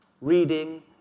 Reading